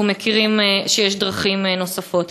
אנחנו יודעים שיש דרכים נוספות,